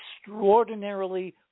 extraordinarily